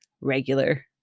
regular